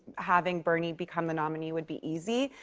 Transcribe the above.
having bernie become the nominee would be easy,